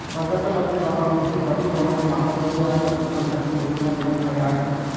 पंच्याहत्तर टक्के जागा अनुसूचित जाती, जमाती, मागासवर्गीय आणि अल्पसंख्याक मुलींना देण्यात आल्या आहेत